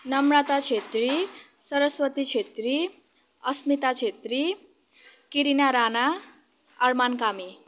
Namrata Chhetri Saraswati Chhetri Asmita Chhetri Kirina Rana Arman Kami